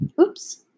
Oops